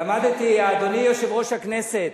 אדוני יושב-ראש הכנסת,